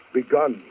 begun